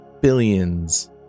billions